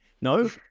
No